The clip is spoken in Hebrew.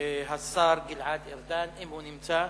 השר גלעד ארדן, אם הוא נמצא.